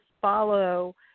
follow